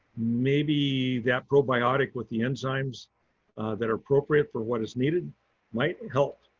maybe that probiotic with the enzymes that are appropriate for what is needed might help.